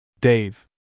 Dave